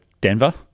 Denver